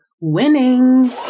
winning